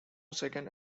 second